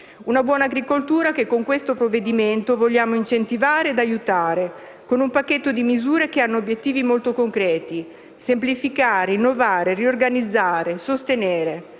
Una buona agricoltura, che con questo provvedimento vogliamo incentivare ed aiutare, con un pacchetto di misure che hanno obiettivi molto concreti: semplificare, innovare, riorganizzare, sostenere.